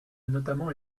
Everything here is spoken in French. notamment